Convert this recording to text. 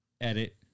edit